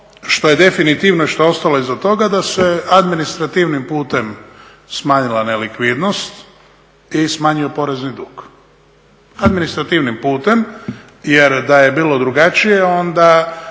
što je definitivno i što je ostalo iza toga, da se administrativnim putem smanjila nelikvidnost i smanjio porezni dug. Administrativnim putem, jer da je bilo drugačije onda